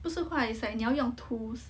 不是画 it's like 你要用 tools